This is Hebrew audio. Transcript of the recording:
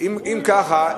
אם כך,